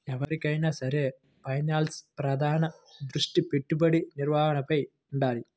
ఎవరికైనా సరే ఫైనాన్స్లో ప్రధాన దృష్టి పెట్టుబడి నిర్వహణపైనే వుండాలి